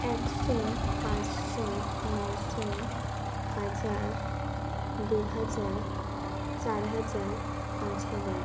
একশো পাঁচশো নশো হাজার দু হাজার চার হাজার পাঁচ হাজার